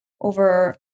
over